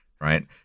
right